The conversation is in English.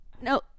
no